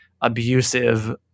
abusive